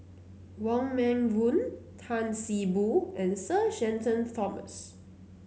Wong Meng Voon Tan See Boo and Sir Shenton Thomas